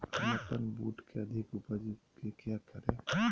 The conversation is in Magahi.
हम अपन बूट की अधिक उपज के क्या करे?